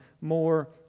more